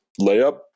layup